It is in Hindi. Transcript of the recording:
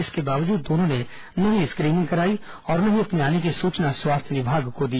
इसके बावजूद दोनों ने न ही रू क्रीनिंग कराई और न ही अपने आने की सूचना स्वास्थ्य विभाग को दी